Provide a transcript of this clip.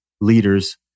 leaders